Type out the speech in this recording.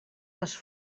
les